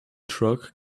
truck